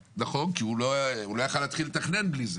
נכון, כי הוא לא יכול היה להתחיל לתכנן בלי זה.